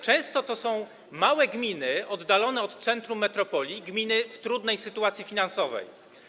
Często to są małe gminy oddalone od centrum metropolii, gminy znajdujące się w trudnej sytuacji finansowej.